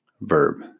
verb